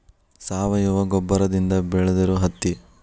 ಸಾವಯುವ ಗೊಬ್ಬರದಿಂದ ಬೆಳದಿರು ಹತ್ತಿ